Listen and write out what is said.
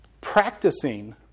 Practicing